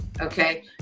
okay